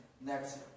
next